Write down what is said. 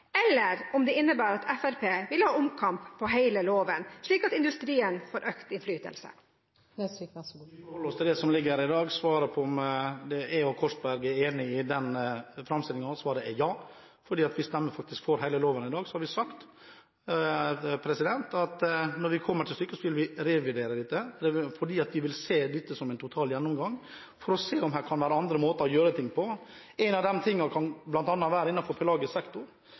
eller om det innebærer at Fremskrittspartiet vil ha omkamp om hele loven, slik at industrien får økt innflytelse. Vi forholder oss til det som foreligger i dag. Svaret på om jeg og Korsberg er enige om framstillingen av ansvaret, er ja. Vi stemmer nemlig for hele loven i dag. Vi har sagt at når det kommer til stykket, vil vi revurdere dette. Det er fordi vi vil se dette i en total gjennomgang for å se om det kan være andre måter å gjøre ting på. En av de tingene kan gjelde pelagisk sektor,